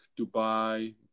Dubai